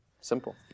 Simple